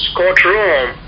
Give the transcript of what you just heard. courtroom